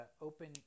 open